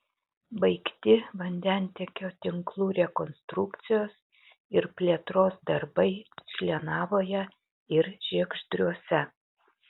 baigti vandentiekio tinklų rekonstrukcijos ir plėtros darbai šlienavoje ir žiegždriuose